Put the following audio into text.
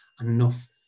enough